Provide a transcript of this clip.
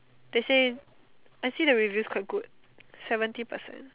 they say I see the review is quite good seventy percent